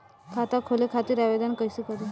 खाता खोले खातिर आवेदन कइसे करी?